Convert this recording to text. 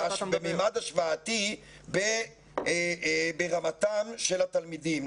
בממד השוואתי ברמתם של התלמידים,